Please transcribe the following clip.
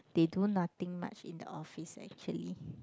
they do nothing much in the office actually